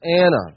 Anna